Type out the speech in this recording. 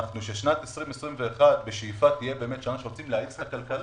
כדי ששנת 2021 בשאיפה תהיה באמת שנה שרוצים להאיץ את הכלכלה,